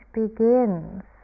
begins